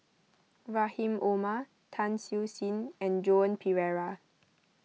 Rahim Omar Tan Siew Sin and Joan Pereira